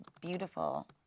beautiful